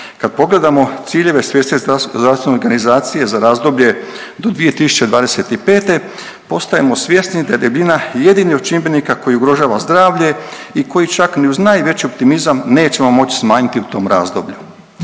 Kad pogledamo ciljeve Svjetske zdravstvene organizacije za razdoblje do 2025. postajemo svjesni da je debljina jedini od čimbenika koji ugrožava zdravlja i koji čak ni uz najveći optimizam nećemo moći smanjiti u tom razdoblju.